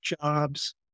jobs